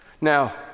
Now